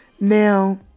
Now